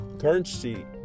currency